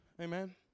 Amen